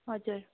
हजुर